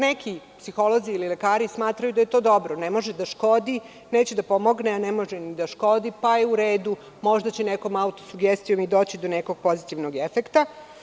Neki psiholozi ili lekari smatraju da je to dobro, ne može da škodi, neće da pomogne, a ne može ni da škodi, pa je u redu, možda će nekom autosugestijom doći do nekog pozitivnog efekta.